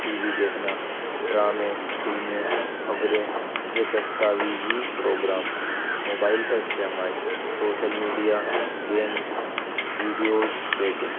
T V دیکھنا ڈرامے فلمیں خبریں یا دستاویزی پروگرام موبائل کا استعمال social media games videos cheating